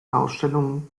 ausstellungen